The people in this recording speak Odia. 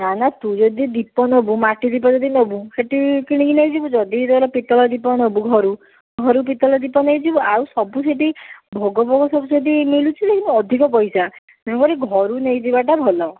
ନା ନା ତୁ ଯଦି ଦୀପ ନେବୁ ମାଟିଦୀପ ଯଦି ନେବୁ ସେଠି କିଣିକି ନେଇଯିବୁ ଯଦି ତୋର ପିତଳ ଦୀପ ନେବୁ ଘରୁ ଘରୁ ପିତଳ ଦୀପ ନେଇଯିବୁ ଆଉ ସବୁ ସେଠି ଭୋଗ ଫୋଗ ସବୁ ସେଠି ମିଳୁଛି ଯେ କିନ୍ତୁ ଅଧିକ ପଇସା ତେଣୁ କରି ଘରୁ ନେଇ ଯିବାଟା ଭଲ